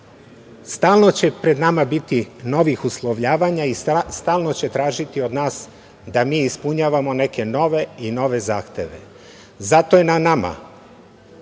Stalno će pred nama biti novih uslovljavanja i stalno će tražiti od nas da mi ispunjavamo neke nove i nove zahteve. Zato je na nama